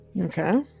Okay